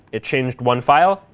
it changed one file,